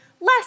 less